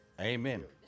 Amen